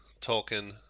Tolkien